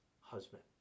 husband